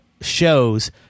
shows